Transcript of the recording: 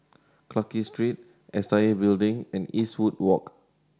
Clarke Street S I A Building and Eastwood Walk